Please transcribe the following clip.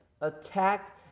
attacked